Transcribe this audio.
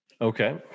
Okay